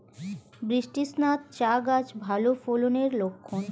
বৃষ্টিস্নাত চা গাছ ভালো ফলনের লক্ষন